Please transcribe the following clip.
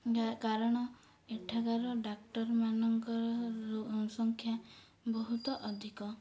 ଯା କାରଣ ଏଠାକାର ଡାକ୍ତର ମାନଙ୍କର ସଂଖ୍ୟା ବହୁତ ଅଧିକ